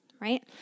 right